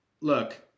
look